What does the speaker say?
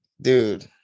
dude